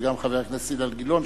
וגם חבר הכנסת אילן גילאון,